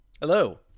hello